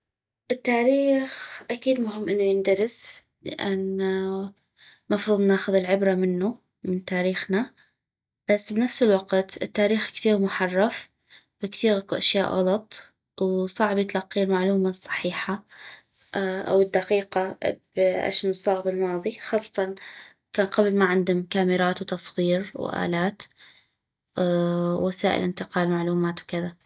التاريخ اكيد مهم انو يندرس لان المفروض ناخذ العبرة منو من تاريخنا بس بنفس الوقت التاريخ كثيغ محرف كثيغ اكو اشياء غلط وصعبي تلقي المعلومة الصحيحة او الدقيقة باشنو الصاغ بالماضي خاصة كان قبل ما عندم كاميرات وتصوير والالات و وسائل انتقال معلومات وكذا